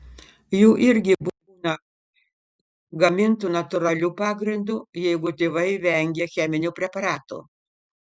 jų irgi būna gamintų natūraliu pagrindu jeigu tėvai vengia cheminių preparatų